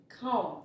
come